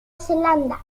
zelanda